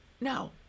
No